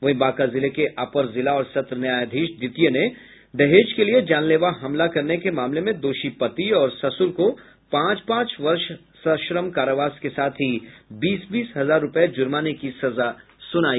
वहीं बांका जिले के अपर जिला और सत्र न्यायाधीश द्वितीय ने दहेज के लिए जानलेवा हमला करने के मामले में दोषी पति और ससुर को पांच पांच वर्ष सश्रम कारावास के साथ ही बीस बीस हजार रुपये जुर्माने की सजा सुनाई